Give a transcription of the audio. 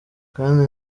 kandi